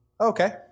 Okay